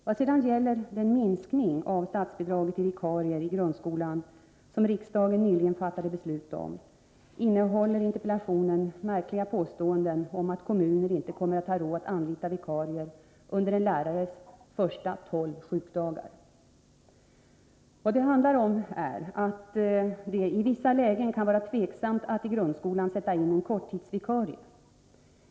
Vad sedan gäller den minskning av statsbidraget till vikarier i grundskolan som riksdagen nyligen fattade beslut om innehåller interpellationen märkliga påståenden om att kommuner inte kommer att ha råd att anlita vikarier under en lärares första tolv sjukdagar. Vad det handlar om är att det i vissa lägen kan vara tveksamt att i grundskolan sätta in en korttidsvikarie.